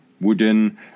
wooden